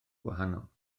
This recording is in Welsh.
gwahanol